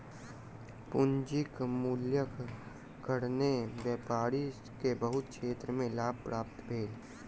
पूंजीक मूल्यक कारणेँ व्यापारी के बहुत क्षेत्र में लाभ प्राप्त भेल